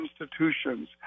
institutions